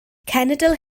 cenedl